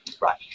Right